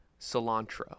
cilantro